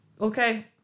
okay